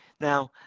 Now